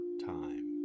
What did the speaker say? time